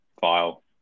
file